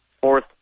fourth